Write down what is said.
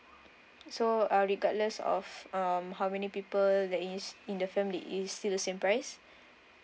so uh regardless of um how many people that is in the family it's still the same price